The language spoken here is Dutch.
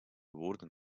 woorden